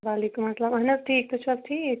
وَعلیکُم اَلسلام اہن حظ ٹھیٖک تُہۍ چھُو حظ ٹھیٖک